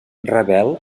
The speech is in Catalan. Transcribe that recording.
rebel